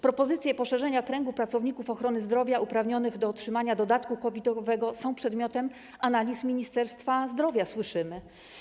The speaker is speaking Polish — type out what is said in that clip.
Propozycje poszerzenia kręgu pracowników ochrony zdrowia uprawnionych do otrzymania dodatku COVID-owego są przedmiotem analiz Ministerstwa Zdrowia - słyszymy.